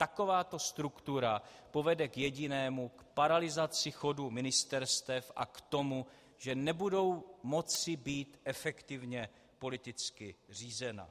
Takováto struktura povede k jedinému k paralyzaci chodu ministerstev a k tomu, že nebudou moci být efektivně politicky řízena.